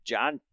John